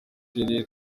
turere